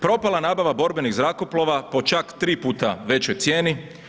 Propala nabava borbenih zrakoplova po čak 3 puta većoj cijeni.